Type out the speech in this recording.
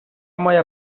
моя